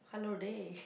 hello dey